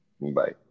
bye